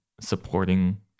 supporting